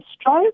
stroke